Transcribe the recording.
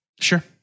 Sure